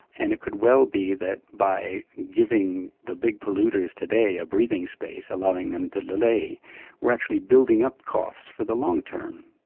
and it could well be that by giving the big polluters today a breathing space, allowing them to delay we're actually building up costs for the long term.